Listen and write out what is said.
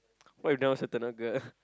what if that one also turn out girl